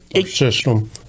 system